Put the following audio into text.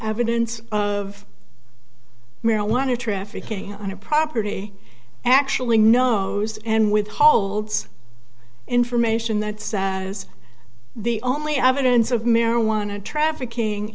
evidence of marijuana trafficking on a property actually knows and withholds information that sanchez the only evidence of marijuana trafficking